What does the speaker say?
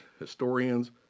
historians